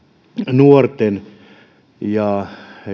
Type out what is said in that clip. nuorten ja